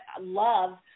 love